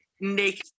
Naked